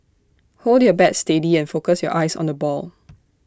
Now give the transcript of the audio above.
hold your bat steady and focus your eyes on the ball